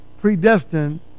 predestined